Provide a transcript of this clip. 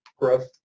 growth